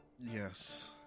Yes